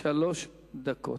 שלוש דקות.